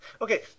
Okay